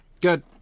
good